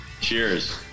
Cheers